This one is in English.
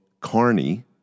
Carney